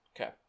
Okay